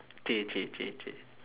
okay okay okay okay